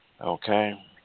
okay